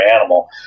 animal